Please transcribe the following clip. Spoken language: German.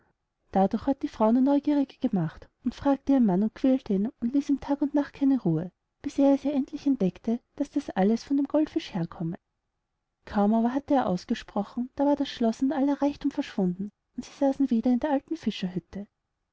dadurch ward die frau nur neugieriger gemacht und fragte ihren mann und quälte ihn und ließ ihm tag und nacht keine ruhe bis er es ihr endlich entdeckte daß das alles von einem goldfisch herkomme kaum aber hatte er ausgesprochen da war das schloß und aller reichthum verschwunden und sie saßen wieder in der alten